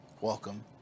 welcome